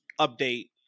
update